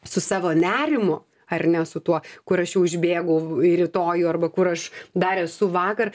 su savo nerimu ar ne su tuo kur aš jau užbėgu į rytojų arba kur aš dar esu vakar